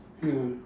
ya